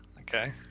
Okay